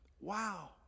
Wow